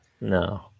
No